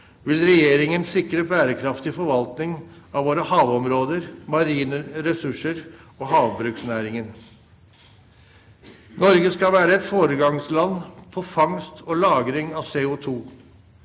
vil regjeringen sikre bærekraftig forvaltning av våre havområder, marine ressurser og havbruksnæringen. Norge skal være et foregangsland på fangst og lagring av CO2.